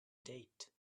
date